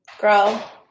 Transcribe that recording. Girl